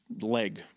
leg